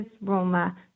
Roma